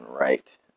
right